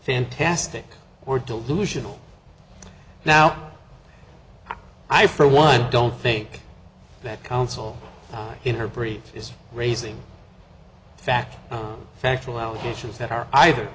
fantastic or delusional now i for one don't think that counsel in her breed is raising back factual allegations that are either